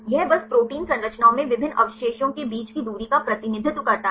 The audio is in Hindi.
यह बस प्रोटीन संरचनाओं में विभिन्न अवशेषों के बीच की दूरी का प्रतिनिधित्व करता है